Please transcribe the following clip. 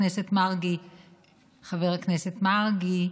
חבר הכנסת מרגי,